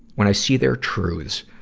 when i see their truths,